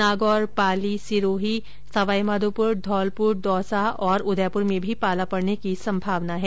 नागौर पाली सिरोही श्रीगंगानगर सवाईमाधोपुर धौलपुर दौसा और उदयपुर में भी पाला पड़ने की संभावना है